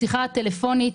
בשיחה טלפונית,